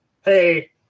hey